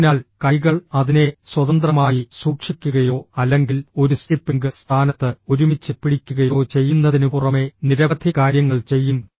അതിനാൽ കൈകൾ അതിനെ സ്വതന്ത്രമായി സൂക്ഷിക്കുകയോ അല്ലെങ്കിൽ ഒരു സ്റ്റിപ്പിംഗ് സ്ഥാനത്ത് ഒരുമിച്ച് പിടിക്കുകയോ ചെയ്യുന്നതിനുപുറമെ നിരവധി കാര്യങ്ങൾ ചെയ്യും